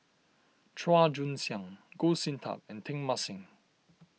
Chua Joon Siang Goh Sin Tub and Teng Mah Seng